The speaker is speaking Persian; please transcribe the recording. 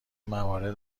موارد